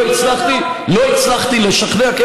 לא הצלחתי לשכנע, ומי, אותו?